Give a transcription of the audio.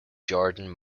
jordan